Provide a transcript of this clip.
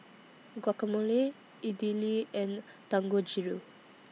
Guacamole Idili and Dangojiru